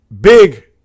big